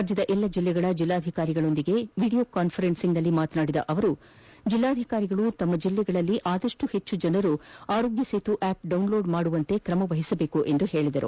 ರಾಜ್ಯದ ಎಲ್ಲ ಜಿಲ್ಲೆಗಳ ಜಿಲ್ಲಾಧಿಕಾರಿಗಳೊಂದಿಗೆ ವಿಡಿಯೊ ಕಾಸ್ಪರೆನ್ಸೆನಲ್ಲಿ ಮಾತನಾಡಿದ ಅವರು ಜಿಲ್ಲಾಧಿಕಾರಿಗಳು ತಮ್ಮ ಜಿಲ್ಲೆಗಳಲ್ಲಿ ಆದಷ್ಟು ಹೆಚ್ಚು ಜನರು ಆರೋಗ್ನ ಸೇತು ಆ್ಲಪ್ ಡೌನ್ಲೋಡ್ ಮಾಡುವಂತೆ ಕ್ರಮವಹಿಸಬೇಕೆಂದು ಹೇಳಿದರು